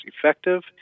effective